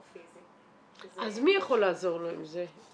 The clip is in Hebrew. פיזי שזה -- אז מי יכול לעזור לו עם זה?